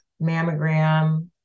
mammogram